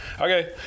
okay